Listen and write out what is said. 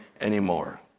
anymore